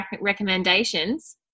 recommendations